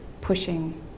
pushing